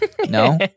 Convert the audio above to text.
no